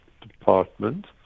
department